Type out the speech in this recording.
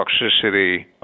toxicity